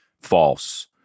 false